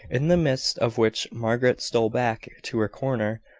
in the midst of which margaret stole back to her corner.